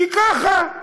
כי ככה.